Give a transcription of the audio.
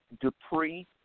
Dupree